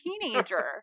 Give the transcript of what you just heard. teenager